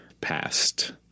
past